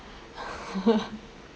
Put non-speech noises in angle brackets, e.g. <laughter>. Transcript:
<laughs>